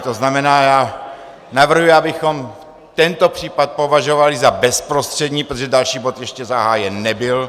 To znamená, já navrhuji, abychom tento případ považovali za bezprostřední, protože další bod ještě zahájen nebyl.